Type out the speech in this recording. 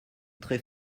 très